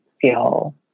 feel